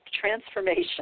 transformation